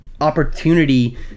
opportunity